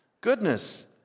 goodness